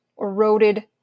eroded